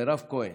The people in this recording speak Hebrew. מירב כהן,